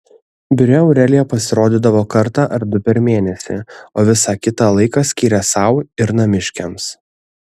biure aurelija pasirodydavo kartą ar du per mėnesį o visą kitą laiką skyrė sau ir namiškiams